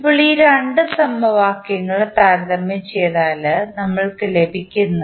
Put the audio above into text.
ഇപ്പോൾ ഈ രണ്ട് സമവാക്യങ്ങളും താരതമ്യം ചെയ്താൽ നമ്മൾക്ക് ലഭിക്കുന്നത്